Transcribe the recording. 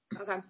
Okay